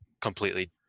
completely